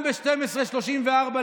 ידיך, עיסאווי.